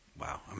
Wow